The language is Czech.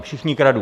Všichni kradnú...